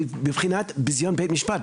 מבחינת ביזיון בית המשפט,